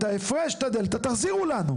את ההפרש, את הדלתא, תחזירו לנו.